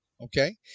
Okay